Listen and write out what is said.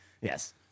Yes